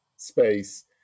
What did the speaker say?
space